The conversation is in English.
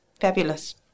fabulous